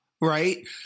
right